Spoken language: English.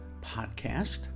podcast